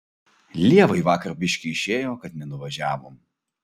lievai vakar biškį išėjo kad nenuvažiavom